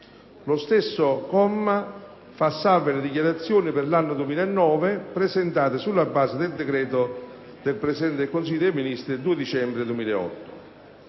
Lo stesso comma fa salve le dichiarazioni per l'anno 2009 presentate sulla base del decreto del Presidente del Consiglio dei ministri del 2 dicembre 2008.